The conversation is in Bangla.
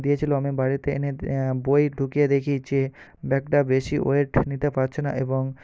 দিয়েছিলো আমি বাড়িতে এনে বই ঢুকিয়ে দেখি যে ব্যাগটা বেশি ওয়েট নিতে পাচ্ছে না এবং